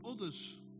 others